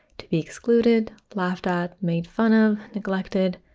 to be excluded, laughed at, made fun of, neglected.